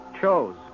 chose